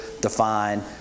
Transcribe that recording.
define